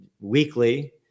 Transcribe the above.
weekly